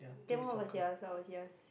then what was yours what was yours